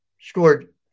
scored